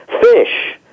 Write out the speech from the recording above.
fish